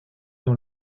dans